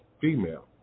female